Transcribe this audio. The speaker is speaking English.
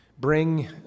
bring